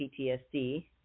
PTSD